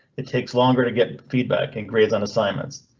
it takes longer to get feedback in grades on assignments.